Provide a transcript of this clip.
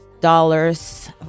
dollars